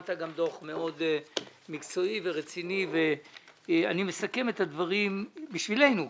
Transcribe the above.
הכנת גם דוח מאוד מקצועי ורציני אני מסכם את הדברים קודם בשבילנו,